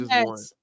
one